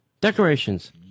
Decorations